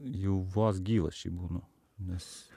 jau vos gyvas šiaip būnu nes